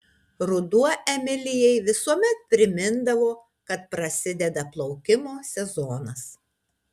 ruduo emilijai visuomet primindavo kad prasideda plaukimo sezonas